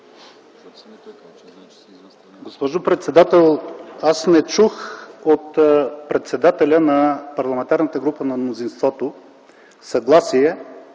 Госпожо председател, аз не чух от председателя на парламентарната група на мнозинството съгласие